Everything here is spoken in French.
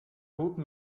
groupe